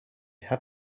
had